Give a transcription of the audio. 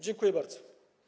Dziękuję bardzo.